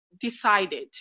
decided